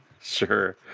Sure